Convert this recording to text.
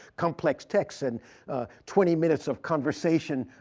complex texts. and twenty minutes of conversation,